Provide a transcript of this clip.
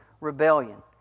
rebellion